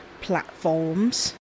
platforms